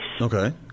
okay